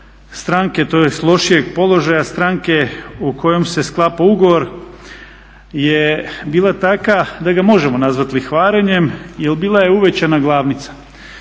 stranke tj. lošijeg položaja stranke u kojem se sklapa ugovor je bila takva da ga možemo nazvati lihvarenjem jer bila je uvećana glavnica.